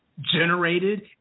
generated